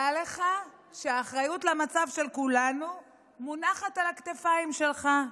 דע לך שהאחריות למצב של כולנו מונחת על הכתפיים שלך.